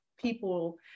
people